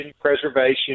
preservation